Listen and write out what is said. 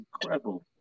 incredible